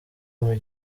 muri